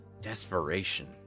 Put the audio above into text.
desperation